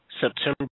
September